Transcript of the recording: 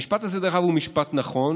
המשפט הזה, דרך אגב, הוא משפט נכון